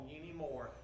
anymore